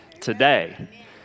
today